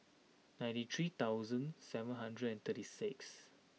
ninety three thousand seven hundred and thirty six